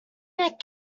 met